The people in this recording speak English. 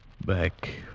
back